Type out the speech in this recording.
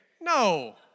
no